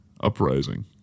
Uprising